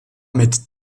mit